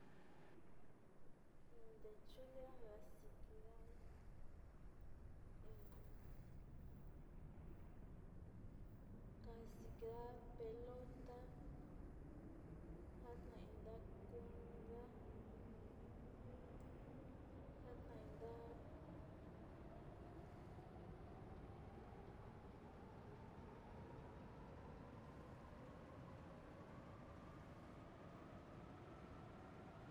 Undechule ndagaxi tekinda'a he maxinga pelota njana iin nda'a kunda'a njana iin nda'a.